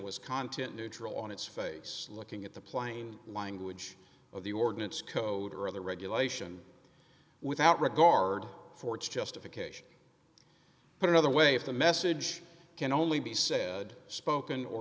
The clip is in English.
was content neutral on its face looking at the plain language of the ordinance code or other regulation without regard for its justification put another way if the message can only be said spoken or